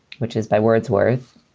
which is by wordsworth.